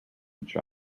each